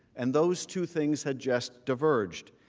and those two things had just diverged.